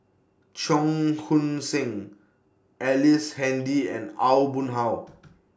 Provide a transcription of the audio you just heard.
Cheong Koon Seng Ellice Handy and Aw Boon Haw